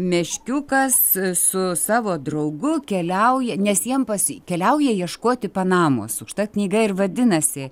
meškiukas su savo draugu keliauja nes jiem pasi keliauja ieškoti panamos užtat knyga ir vadinasi